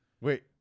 Wait